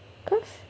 cause